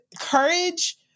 Courage